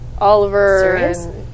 Oliver